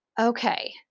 okay